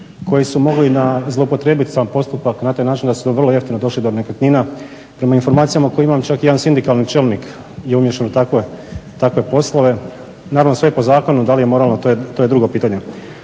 koji su mogli zloupotrijebiti sam postupak na taj način da su vrlo jeftino došli do nekretnina. Prema informacijama koje imam čak i jedan sindikalni čelnik je umješan u takve poslove. Naravno sve je po zakonu, da li je moralno, to je drugo pitanje.